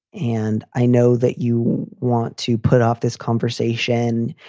and i know that you want to put off this conversation.